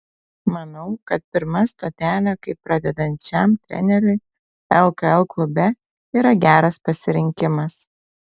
manau kad pirma stotelė kaip pradedančiam treneriui lkl klube yra geras pasirinkimas